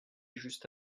juste